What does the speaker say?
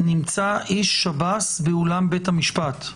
נמצא איש שב"ס באולם בית המשפט